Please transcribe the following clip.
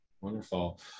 Wonderful